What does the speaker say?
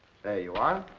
there you are.